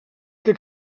que